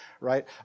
right